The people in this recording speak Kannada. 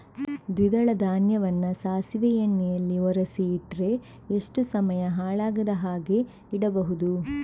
ದ್ವಿದಳ ಧಾನ್ಯವನ್ನ ಸಾಸಿವೆ ಎಣ್ಣೆಯಲ್ಲಿ ಒರಸಿ ಇಟ್ರೆ ಎಷ್ಟು ಸಮಯ ಹಾಳಾಗದ ಹಾಗೆ ಇಡಬಹುದು?